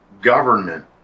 government